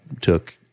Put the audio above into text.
took